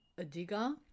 Adiga